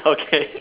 okay